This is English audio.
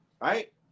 right